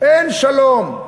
אין שלום.